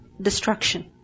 destruction